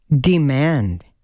demand